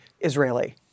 Israeli